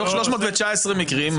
מתוך 319 מקרים,